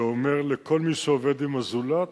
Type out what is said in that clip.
שאומר: לכל מי שעובד עם הזולת